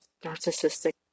narcissistic